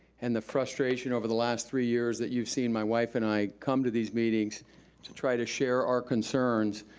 and the frustration over the last three years that you've seen my wife and i come to these meetings to try to share our concerns.